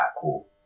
cool